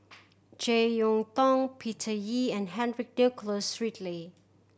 Jek Yeun Thong Peter Lee and Henry Nicholas Ridley